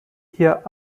hier